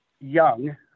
young